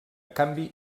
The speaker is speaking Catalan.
canvi